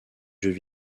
jeux